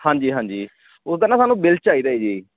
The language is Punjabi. ਹਾਂਜੀ ਹਾਂਜੀ ਉਹਦਾ ਨਾ ਸਾਨੂੰ ਬਿਲ ਚਾਹੀਦਾ ਜੀ